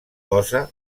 cosa